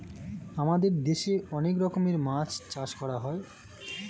আমাদের দেশে অনেক রকমের মাছ চাষ করা হয়